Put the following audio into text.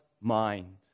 mind